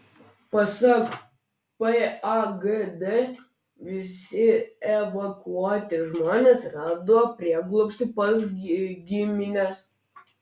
pasak pagd visi evakuoti žmonės rado prieglobstį pas gimines